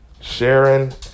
Sharon